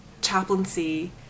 chaplaincy